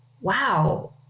wow